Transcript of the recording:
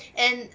and